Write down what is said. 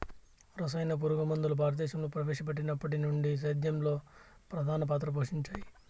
రసాయన పురుగుమందులు భారతదేశంలో ప్రవేశపెట్టినప్పటి నుండి సేద్యంలో ప్రధాన పాత్ర పోషించాయి